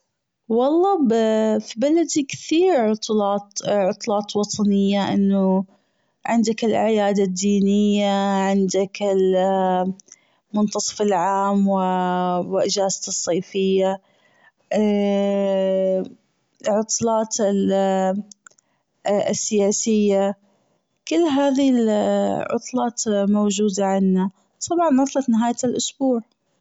والله في بلدي كثير عطلات عطلات وطنية أنه عندك العطلات الدينية عندك ال- منتصف العام والإجازات الصيفية عطلات ال- السياسية كل هذي العطلات موجودة عنا وطبعا عطلة نهاية الأسبوع.